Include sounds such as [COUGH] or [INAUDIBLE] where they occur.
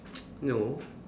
[NOISE] no